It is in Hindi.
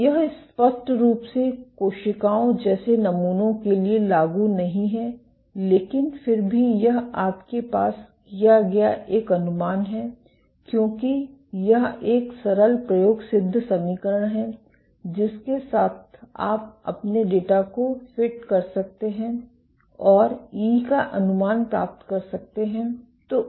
तो यह स्पष्ट रूप से कोशिकाओं जैसे नमूनों के लिए लागू नहीं है लेकिन फिर भी यह आपके द्वारा किया गया एक अनुमान है क्योंकि यह एक सरल प्रयोग सिद्ध समीकरण है जिसके साथ आप अपने डेटा को फिट कर सकते हैं और ई का अनुमान प्राप्त कर सकते हैं